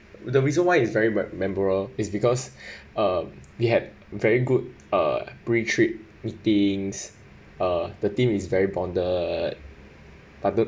the reason why is ver~ very memorable is because uh we had very good uh pre- trip meetings uh the team is very bonded other